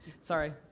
sorry